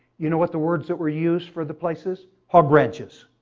you know what the words that were used for the places? hub ranches.